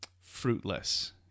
fruitless